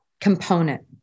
component